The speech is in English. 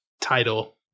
title